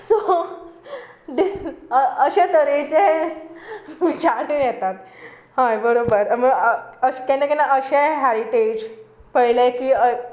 so अशें तरेचे विचारूय येतात हय बरोबर केन्ना केन्ना अशेय हायटेज पळयलें की